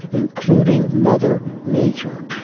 including mother nature,